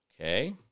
Okay